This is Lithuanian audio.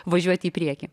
važiuoti į priekį